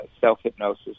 self-hypnosis